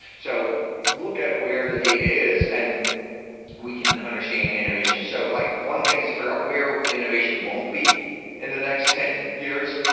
so look at where the data is and we can understand innovation. so, like one thing to figure out, where the innovation won't be in the next ten years?